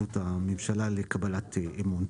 התייצבות הממשלה לקבלת מינוי.